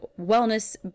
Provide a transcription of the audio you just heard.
wellness